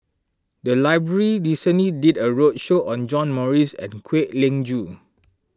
the library recently did a roadshow on John Morrice and Kwek Leng Joo